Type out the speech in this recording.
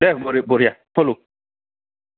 দে বঢ়িয়া খলোঁ